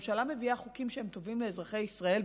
אם הממשלה מביאה חוקים שהם טובים לאזרחי ישראל,